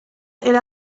era